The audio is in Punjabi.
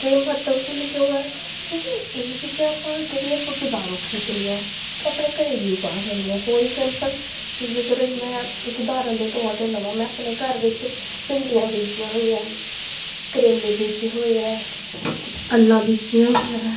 ਅਤੇ ਮਹੱਤਵਪੂਰਨ ਕਿਉਂ ਹੈ ਕਿਉਂਕਿ ਇਹ ਚੀਜ਼ਾਂ ਆਪਾਂ ਜਿਹੜੀ ਆਪਾਂ ਬਾਜ਼ਾਰੋਂ ਖਰੀਦਣੀ ਹੈ ਆਪਾਂ ਆਪਣੇ ਘਰ ਵੀ ਉਗਾ ਸਕਦੇ ਹੈ ਫੋਰ ਐਗਜਾਮਪਲ ਕਿਉਂਕਿ ਅਗਰ ਮੈਂ ਇੱਕ ਉਦਾਹਰਣ ਦੇ ਤੌਰ 'ਤੇ ਲਵਾਂ ਮੈਂ ਆਪਣੇ ਘਰ ਵਿੱਚ ਭਿੰਡੀਆਂ ਬੀਜੀਆਂ ਹੋਈਆਂ ਕਰੇਲੇ ਬੀਜੇ ਹੋਏ ਹੈ ਅੱਲਾਂ ਬੀਜੀਆਂ ਹੋਈਆਂ